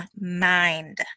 mind